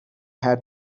had